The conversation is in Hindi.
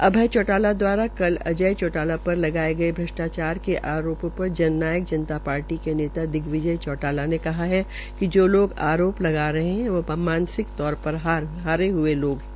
अभय चौटाला कल अ य चौटाला पर लगाये भ्रष्टाचार के आरापों पर न नायक नता पार्टी के नेता दिग्वि य चौटाला ने कहा कि ो लोग आरोप लगा रहे है वो मानसिक तौर पर हारे हये लोग है